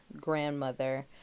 grandmother